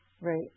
Right